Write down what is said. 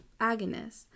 agonist